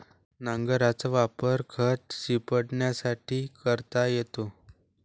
नांगराचा वापर खत शिंपडण्यासाठी करता येतो